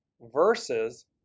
Versus